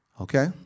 Okay